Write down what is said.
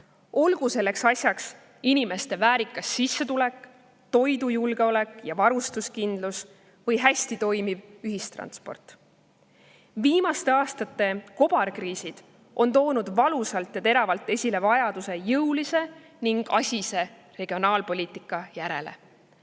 olgu selleks inimeste väärikas sissetulek, toidujulgeolek ja varustuskindlus või hästi toimiv ühistransport. Viimaste aastate kobarkriisid on toonud valusalt ja teravalt esile vajaduse jõulise ning asise regionaalpoliitika järele.